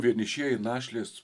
vienišieji našlės